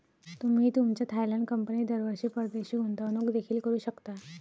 तुम्ही तुमच्या थायलंड कंपनीत दरवर्षी परदेशी गुंतवणूक देखील करू शकता